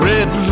Red